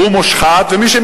חבר הכנסת